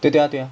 对啊对啊